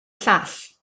llall